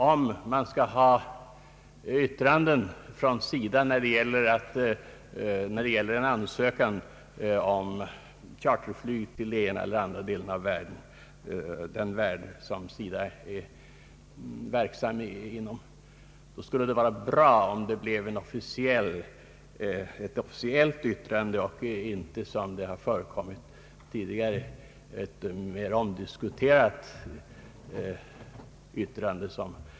Om SIDA skall avge yttrande när det gäller behandlingen av en ansökan om charterflyg till de delar av världen där SIDA har sin verksamhet vore det bra om SIDA gjorde det officiellt och inte bara genom ett inofficiellt yttrande.